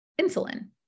insulin